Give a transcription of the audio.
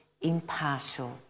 impartial